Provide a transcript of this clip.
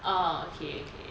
ah okay okay